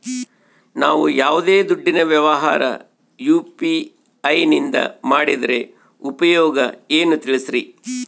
ನಾವು ಯಾವ್ದೇ ದುಡ್ಡಿನ ವ್ಯವಹಾರ ಯು.ಪಿ.ಐ ನಿಂದ ಮಾಡಿದ್ರೆ ಉಪಯೋಗ ಏನು ತಿಳಿಸ್ರಿ?